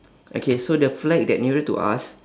okay so the flag that nearer to us